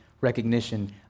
recognition